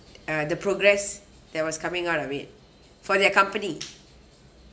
uh the progress that was coming out of it for their company